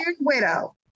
Widow